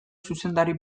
zuzendari